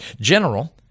General